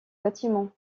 bâtiment